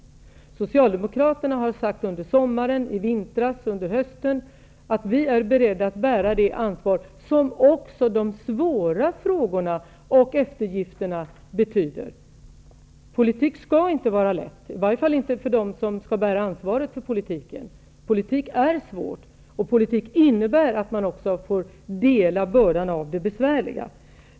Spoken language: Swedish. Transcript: Vi socialdemokrater har i vintras, under sommaren och under hösten sagt att vi är beredda att bära det ansvar som krävs, också för de svåra frågorna och eftergifterna. Politik skall inte vara lätt, i varje fall inte för dem som skall bära ansvaret för politiken. Politik är svårt, och den innebär också att dela bördan av det besvärliga.